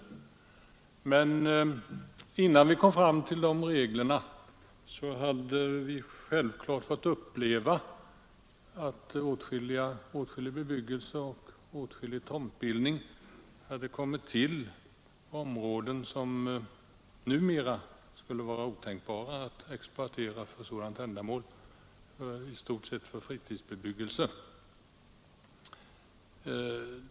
Men innan vi kom fram till de reglerna hade vi fått uppleva att åtskillig bebyggelse och tomtbildning hade kommit till i områden som det numera skulle vara otänkbart att exploatera för sådana ändamål, i stort sett för fritidsbebyggelse.